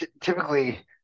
Typically